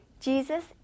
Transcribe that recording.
Jesus